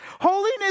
Holiness